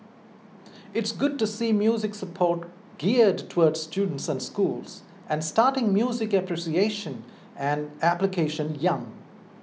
it's good to see music support geared towards students and schools and starting music appreciation and application young